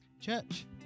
Church